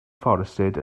forested